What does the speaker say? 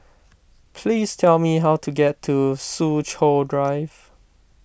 please tell me how to get to Soo Chow Drive